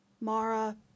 Mara